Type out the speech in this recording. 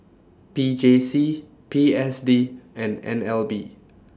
P J C P S D and N L B